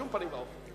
בשום פנים ואופן.